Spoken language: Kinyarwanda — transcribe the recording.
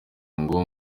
ngo